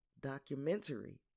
documentary